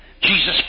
Jesus